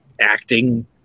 acting